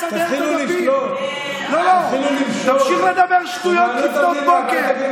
תמשיך לדבר שטויות לפנות בוקר.